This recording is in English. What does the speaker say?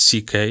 CK